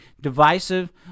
divisive